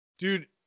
Dude